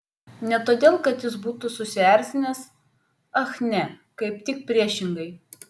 ne todėl kad jis būtų susierzinęs ach ne kaip tik priešingai